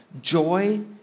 Joy